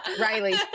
riley